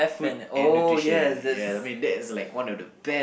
food and nutrition ya I mean that is like one of the best